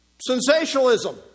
Sensationalism